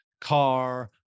car